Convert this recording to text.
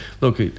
Look